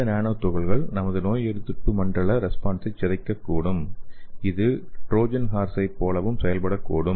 இந்த நானோ துகள்கள் நமது நோயெதிர்ப்பு மண்டல ரெஸ்பான்ஸை சிதைக்கக்கூடும் இது ட்ரோஜன் ஹார்ஸை போலவும் செயல்படக்கூடும்